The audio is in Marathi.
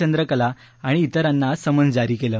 चंद्रकला आणि त्रिरांना आज समन्स जारी केलं